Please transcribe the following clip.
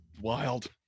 Wild